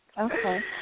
Okay